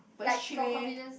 but it's cheap eh